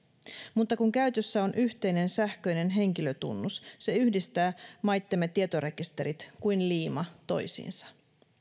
mutta kun käytössä on yhteinen sähköinen henkilötunnus se yhdistää maittemme tietorekisterit toisiinsa kuin liima